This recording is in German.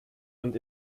und